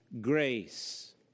grace